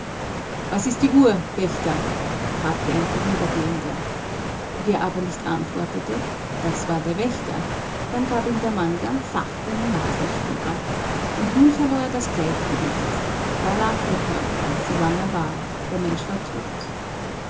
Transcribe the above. was ist die uhr wächter fragte ein vorübergehender wer aber nicht antwortete das war der wächter dann gab ihm der mann ganz sacht einen nasenstüber und nun verlor er das gleichgewicht da lag der körper so lang er war der mensch war tot